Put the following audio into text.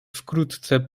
wkrótce